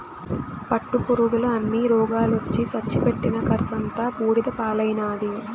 పట్టుపురుగుల అన్ని రోగాలొచ్చి సచ్చి పెట్టిన కర్సంతా బూడిద పాలైనాది